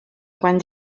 quan